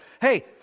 hey